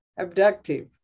Abductive